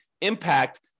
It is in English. impact